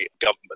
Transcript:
government